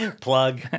plug